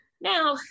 Now